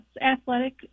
Athletic